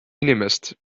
inimest